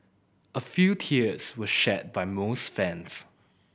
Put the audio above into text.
a few tears were shed by most fans